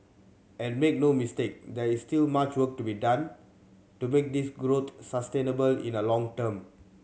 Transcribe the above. and make no mistake there is still much work to be done to make this growth sustainable in the long term